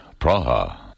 Praha